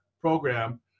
program